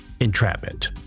entrapment